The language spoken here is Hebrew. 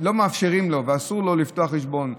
שלא מאפשרים לו ואסור לו לפתוח חשבון,